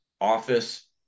office